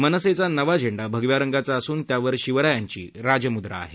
मनसेचा नवा झेंडा भगव्या रंगाचा असून त्यावर शिवरायांची राजम्द्रा आहे